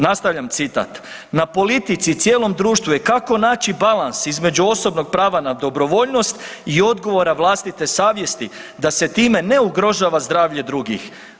Nastavljam citat, na politici i cijelom društvu je kako naći balans između osobnog prava na dobrovoljnost i odgovora vlastite savjesti da se time ne ugrožava zdravlje drugih.